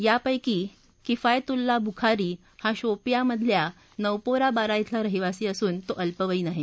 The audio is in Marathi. यापैकी किफायतुहल्लाह बुखारी हा शौपीयन मधल्या नोपोराबारा धिला रहिवासी असून तो अल्पवयीन आहे